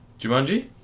Jumanji